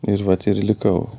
ir vat ir likau